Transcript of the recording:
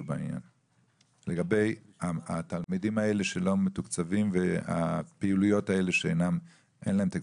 לגבי התלמידים האלה שלא מתוקצבים והפעילויות האלה שאין להם תקציב.